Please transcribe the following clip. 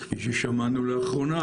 כפי ששמענו לאחרונה,